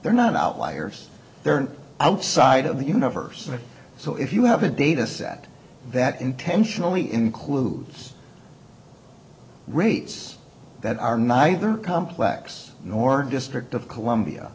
they're not outliers outside of the university so if you have a dataset that intentionally includes rates that are neither complex nor district of columbia